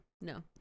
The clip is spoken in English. No